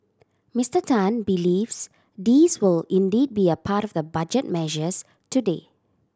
Mister Tan believes these will indeed be a part of the Budget measures today